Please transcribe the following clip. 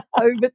Over